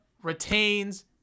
Retains